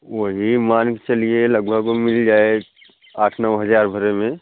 वही मान कर चलिए लगभग मिल जाए आठ नौ हज़ार भरे में